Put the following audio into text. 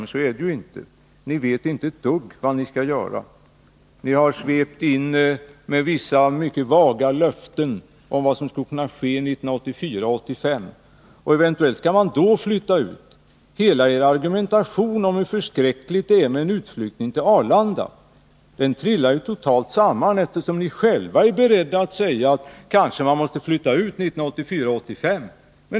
Men så är det ju inte — ni vet inte ett dugg vad ni skall göra. Ni har svept in vissa mycket vaga löften om vad som skulle kunna ske 1984 och 1985. Eventuellt skall flyget då flytta ut från Bromma. Hela er argumentation om hur förskräckligt det är med en flyttning till Arlanda faller ju totalt samman, eftersom ni själva är beredda att säga att flyget kanske måste flytta 1984-1985.